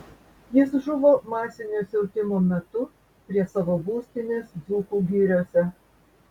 jis žuvo masinio siautimo metu prie savo būstinės dzūkų giriose